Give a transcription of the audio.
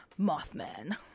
Mothman